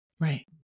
Right